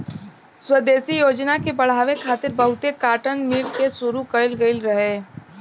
स्वदेशी योजना के बढ़ावे खातिर बहुते काटन मिल के शुरू कइल गइल रहे